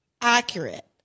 accurate